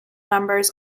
numbers